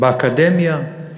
באקדמיה?